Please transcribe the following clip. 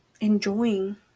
enjoying